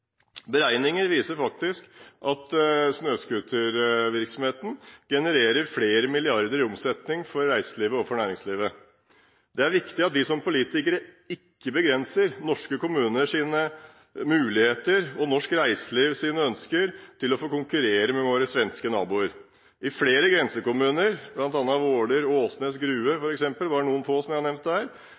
Beregninger viser at snøscootervirksomheten genererer flere milliarder i omsetning for reiselivet og for næringslivet. Det er viktig at vi som politikere ikke begrenser norske kommuners muligheter til og norsk reiselivs ønsker om å konkurrere med våre svenske naboer. I flere grensekommuner, bl.a. Våler, Åsnes og Grue – bare for å nevne noen få – har